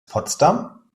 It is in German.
potsdam